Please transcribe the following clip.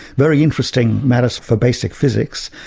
very interesting matters for basic physics.